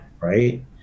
Right